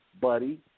Buddy